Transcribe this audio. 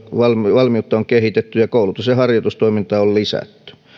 valmiutta on kehitetty ja koulutus ja harjoitustoimintaa on lisätty